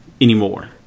anymore